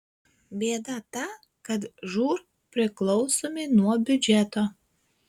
bėda ta kad žūr priklausomi nuo biudžeto